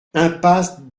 impasse